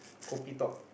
kopi talk